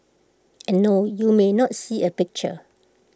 and no you may not see A picture